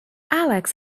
alex